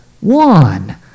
One